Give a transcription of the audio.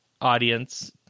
audience